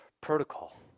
protocol